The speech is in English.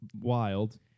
wild